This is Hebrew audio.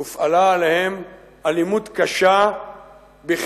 הופעלה עליהם אלימות קשה בכלים,